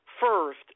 first